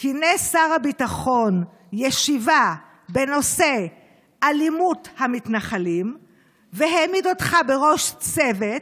כינס שר הביטחון ישיבה בנושא אלימות המתנחלים והעמיד אותך בראש צוות,